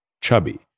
chubby